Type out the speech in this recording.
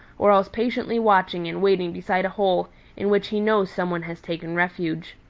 or else patiently watching and waiting beside a hole in which he knows some one has taken refuge.